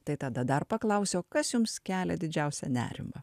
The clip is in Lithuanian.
tai tada dar paklausiuo kas jums kelia didžiausią nerimą